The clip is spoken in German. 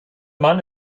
mann